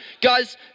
Guys